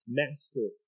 master